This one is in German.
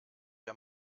der